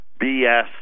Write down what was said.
BS